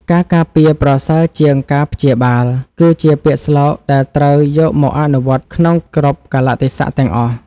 ការការពារប្រសើរជាងការព្យាបាល គឺជាពាក្យស្លោកដែលត្រូវយកមកអនុវត្តក្នុងគ្រប់កាលៈទេសៈទាំងអស់។